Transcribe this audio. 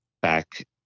back